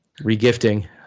Regifting